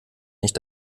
nicht